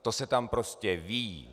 To se tam prostě ví.